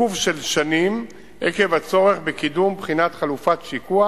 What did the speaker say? עיכוב של שנים עקב הצורך בקידום בחינת חלופת שיקוע